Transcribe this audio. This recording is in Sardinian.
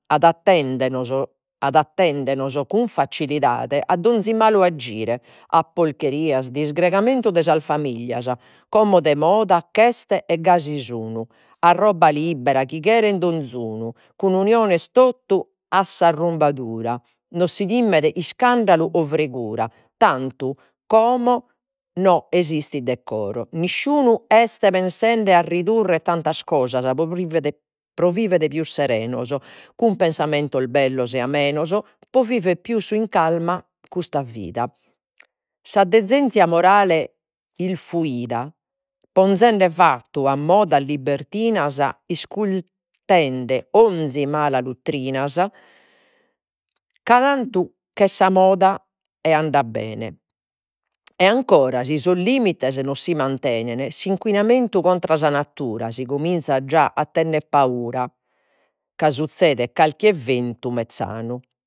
Adattendenos adattendenos cun fazzilidade a donzi malu agire, a porcherias disgregamentu de sas familias, como de moda ch'est e gasi sun. A roba libera chi cheren donz'unu cun uniones totu a s'arrumbadura, no si timet iscandalu o fregura, tantu como no esistit decoro. Nisciunu est pensende a ridurre tantas cosas pro pro vivere pius serenos, cun pensamentos bellos e amenos pro pius in calma custa vida. Sa decenzia morale isfuida, ponzende fattu a modas libertinas 'onzi mala ca tantu ch'est sa moda e andat bene. E ancora si in sos limites no si mantenet, s'inquinamentu contra sa natura, si cominzat già a tennere paura ca suzzedet calchi eventu mezzanu.